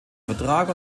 vertrag